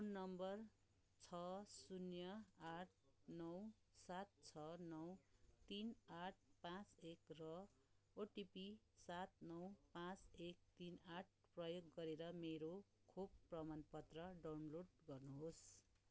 phone number छ शून्य आठ नौ सात छ नौ तिन आठ पाँच एक र ओटिपी सात नौ पाँच एक तिन आठ प्रयोग गरेर मेरो खोप प्रमाणपत्र डाउनलोड गर्नुहोस्